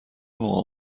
موقع